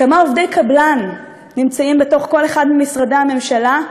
כמה עובדי קבלן נמצאים בכל אחד ממשרדי הממשלה,